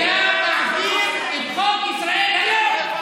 והיה מחזיר את חוק ישראל היום.